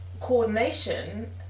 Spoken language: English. coordination